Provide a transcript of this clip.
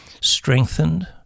strengthened